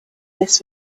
this